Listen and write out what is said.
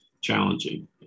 challenging